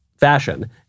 fashion